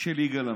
של יגאל עמיר.